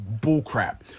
bullcrap